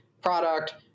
product